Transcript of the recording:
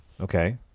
Okay